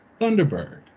Thunderbird